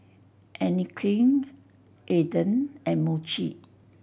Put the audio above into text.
Anne Klein Aden and Muji